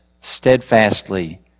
steadfastly